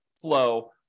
flow